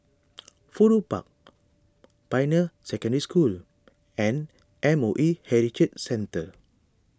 Fudu Park Pioneer Secondary School and M O E Heritage Centre